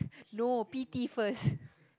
no P_T first